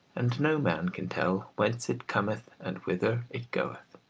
and no man can tell whence it cometh and whither it goeth